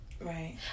Right